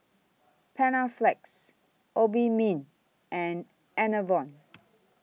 Panaflex Obimin and Enervon